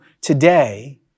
today